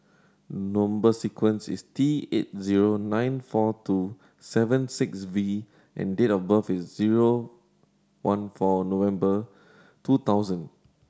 number sequence is T eight zero nine four two seven six V and date of birth is zero one four November two thousand